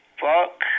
fuck